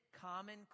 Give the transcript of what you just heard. Common